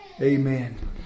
Amen